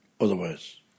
Otherwise